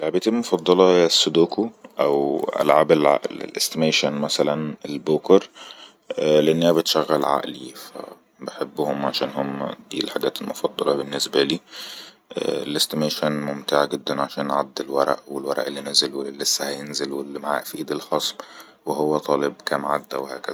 لعبتي المفضلة هي السدوكو أو ألعاب العءل الاستيميشن مثلا البوكر لأنها بتشغل عءلي فأحبهم لأنهم الحاجات المفضلة بالنسبالي الاستيميشن ممتعة جدن عشان عد الورء والورء االلي نازل واللي لسه هينزل واللي مع ف ايد الخصم وهو طالب كم عده وهكزا